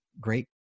great